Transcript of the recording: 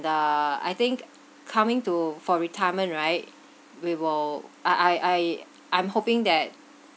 uh I think coming to for retirement right we will I I I I'm hoping that